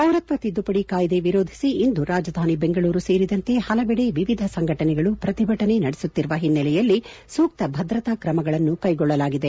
ಪೌರತ್ವ ತಿದ್ದುಪಡಿ ಕಾಯ್ದೆ ವಿರೋಧಿಸಿ ಇಂದು ರಾಜಧಾನಿ ಬೆಂಗಳೂರು ಸೇರಿದಂತೆ ಪಲವೆಡೆ ವಿವಿಧ ಸಂಘಟನೆಗಳು ಪ್ರತಿಭಟನೆ ನಡೆಸುತ್ತಿರುವ ಓನ್ನೆಲೆಯಲ್ಲಿ ಸೂಕ್ತ ಭದ್ರತಾ ಕ್ರಮಗಳನ್ನು ಕೈಗೊಳ್ಳಲಾಗಿದೆ